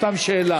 סתם שאלה.